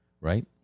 Right